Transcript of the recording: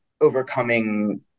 overcoming